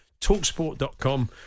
Talksport.com